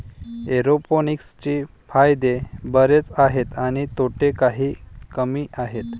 एरोपोनिक्सचे फायदे बरेच आहेत आणि तोटे काही कमी आहेत